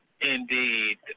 indeed